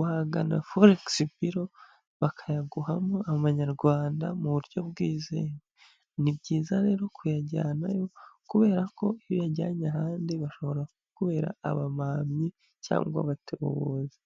wagana foregisi biro bakayaguhamo amanyarwanda mu buryo bwizewe. Ni byiza rero kuyajyanayo kubera ko iyo uyajyanye ahandi bashobora kubera abamamyi cyangwa abatubuzi.